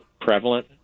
prevalent